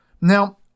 Now